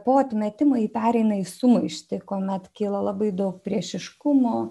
po atmetimo ji pereina į sumaištį kuomet kyla labai daug priešiškumo